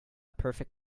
perfect